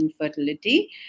infertility